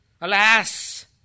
Alas